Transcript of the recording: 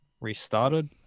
restarted